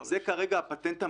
זה כרגע הפטנט המהיר.